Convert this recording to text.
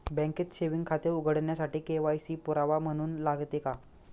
बँकेत सेविंग खाते उघडण्यासाठी के.वाय.सी पुरावा म्हणून लागते का?